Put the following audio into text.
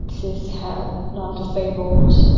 cis-het, nondisabled,